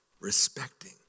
Respecting